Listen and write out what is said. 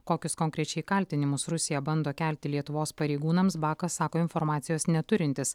kokius konkrečiai kaltinimus rusija bando kelti lietuvos pareigūnams bakas sako informacijos neturintis